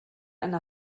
eine